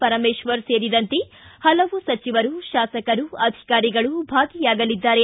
ಪರಮೇಶ್ವರ್ ಸೇರಿದಂತೆ ಪಲವು ಸಚಿವರು ಶಾಸಕರು ಅಧಿಕಾರಿಗಳು ಭಾಗಿಯಾಗಲಿದ್ದಾರೆ